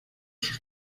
sus